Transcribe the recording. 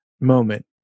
moment